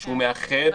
שמאחד,